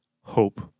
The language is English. Hope